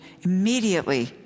immediately